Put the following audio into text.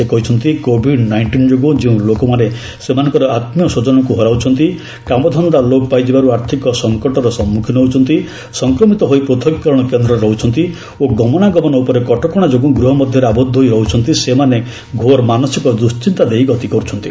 ସେ କହିଛନ୍ତି covid nineteen ଯୋଗୁଁ ଯେଉଁ ଲୋକମାନେ ସେମାନଙ୍କର ଆତ୍କୀୟସ୍ୱଜନଙ୍କୁ ହରାଉଛନ୍ତି କାମଧନ୍ଦା ଲୋପ ପାଇଯିବାରୁ ଆର୍ଥିକ ସଂକଟର ସମ୍ମୁଖୀନ ହେଉଛନ୍ତି ସଂକ୍ରମିତ ହୋଇ ପୂଥକୀକରଣ କେନ୍ଦ୍ରରେ ରହୁଛନ୍ତି ଓ ଗମନାଗମନ ଉପରେ କଟକଣା ଯୋଗୁଁ ଗୃହ ମଧ୍ୟରେ ଆବଦ୍ଧ ହୋଇ ରହୁଛନ୍ତି ସେମାନେ ଘୋର ମାନସିକ ଦୁଞ୍ଚିନ୍ତା ଦେଇ ଗତି କରୁଛନ୍ତି